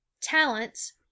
talents